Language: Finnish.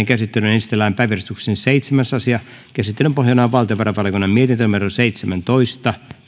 käsittelyyn esitellään päiväjärjestyksen seitsemäs asia käsittelyn pohjana on valtiovarainvaliokunnan mietintö seitsemäntoista